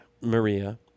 Maria